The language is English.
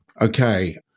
Okay